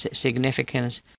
significance